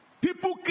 People